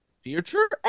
Future